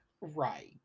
Right